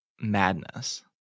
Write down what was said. madness